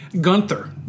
Gunther